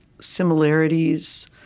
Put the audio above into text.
similarities